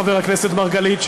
חבר הכנסת מרגלית,